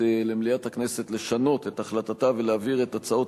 הכנסת ממליצה למליאת הכנסת לשנות את החלטתה ולהעביר את הצעות